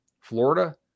Florida